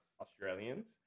Australians